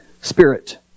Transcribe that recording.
Spirit